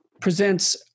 presents